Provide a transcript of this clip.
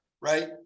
right